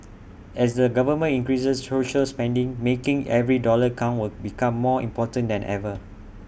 as the government increases social spending making every dollar count will become more important than ever